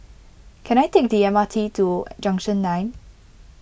can I take the M R T to Junction nine